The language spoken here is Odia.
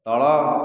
ତଳ